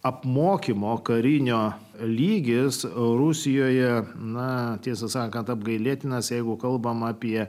apmokymo karinio lygis rusijoje na tiesą sakant apgailėtinas jeigu kalbama apie